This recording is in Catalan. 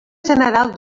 general